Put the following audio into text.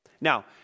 Now